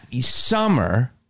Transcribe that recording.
summer